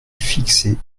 fixé